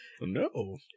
No